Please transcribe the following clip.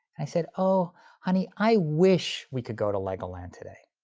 i said, oh honey, i wish we could go to legoland today.